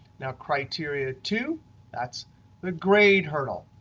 now criteria two that's the grade hurdle.